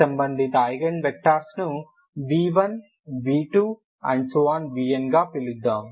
సంబంధిత eigen vectors ను v1v2vnగా పిలుద్దాం